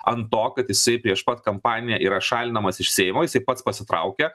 ant to kad jisai prieš pat kampaniją yra šalinamas iš seimo jisai pats pasitraukia